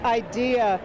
idea